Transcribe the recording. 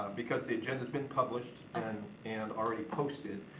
because the agenda's been published and already posted.